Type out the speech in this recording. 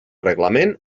reglament